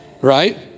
right